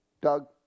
Doug